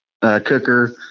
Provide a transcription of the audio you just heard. cooker